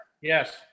Yes